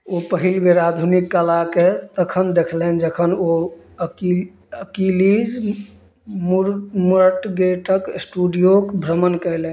ओ पहिल बेर आधुनिक कलाके तखन देखलनि जखन ओ अकील अकिलेज मूर मूर्टगेटक स्टूडियोक भ्रमण कयलनि